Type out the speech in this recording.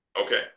Okay